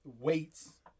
weights